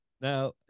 Now